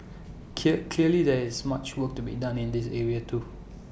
clear clearly there is much work to be done in this area too